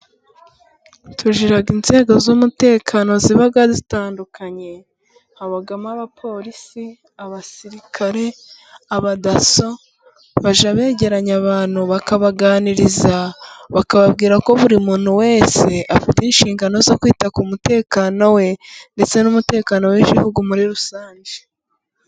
Tugira inzego z'umutekano ziba zitandukanye. Habamo : abapolisi, abasirikare, abadaso. Bage begeranya abantu bakabaganiriza, bakababwira ko buri muntu wese afite inshingano zo kwita ku mutekano we, ndetse n'umutekano w'igihugu muri rusange.